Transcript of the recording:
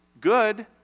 good